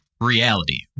reality